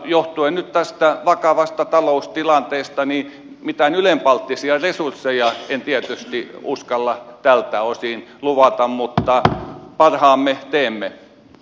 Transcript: johtuen nyt tästä vakavasta taloustilanteesta mitään ylenpalttisia resursseja en tietysti uskalla tältä osin luvata mutta parhaamme teemme